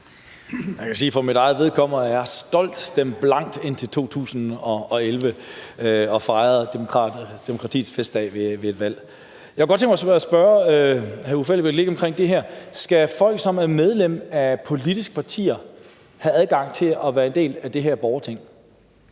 Jeg kan for mit eget vedkommende sige, at jeg stolt har stemt blankt indtil 2011 og fejret demokratiets festdag ved et valg. Jeg kunne godt tænke mig at spørge hr. Uffe Elbæk lidt om det her. Skal folk, som er medlem af politiske partier, have adgang til at være en del af det her borgerting?